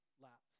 laps